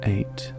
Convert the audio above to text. Eight